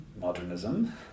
Modernism